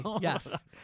Yes